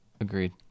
agreed